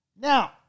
Now